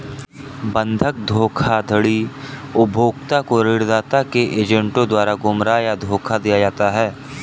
बंधक धोखाधड़ी उपभोक्ता को ऋणदाता के एजेंटों द्वारा गुमराह या धोखा दिया जाता है